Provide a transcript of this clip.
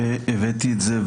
הבאתי את זה,